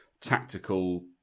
tactical